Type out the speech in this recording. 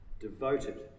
Devoted